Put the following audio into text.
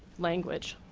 language.